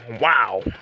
wow